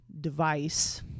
device